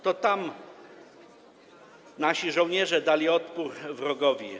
To tam nasi żołnierze stawili opór wrogowi.